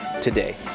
today